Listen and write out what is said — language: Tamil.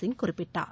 சிங் குறிப்பிட்டார்